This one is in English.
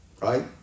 right